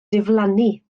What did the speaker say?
diflannu